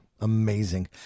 amazing